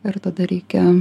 ir tada reikia